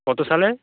কত সালে